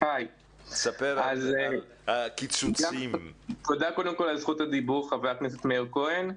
תודה על זכות הדיבור, חבר הכנסת מאיר כהן.